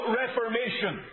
reformation